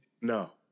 No